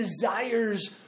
desires